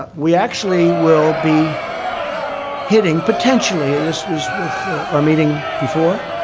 but we actually will be hitting potentially at this was with our meeting before